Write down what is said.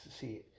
see